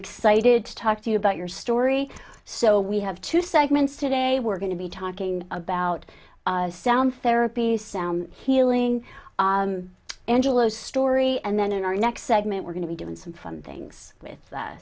excited to talk to you about your story so we have two segments today we're going to be talking about sound therapy sound healing angelos story and then in our next segment we're going to be given some fun things with